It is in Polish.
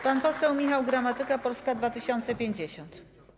Pan poseł Michał Gramatyka, Polska 2050.